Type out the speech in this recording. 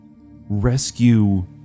rescue